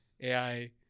AI